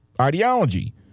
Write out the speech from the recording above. ideology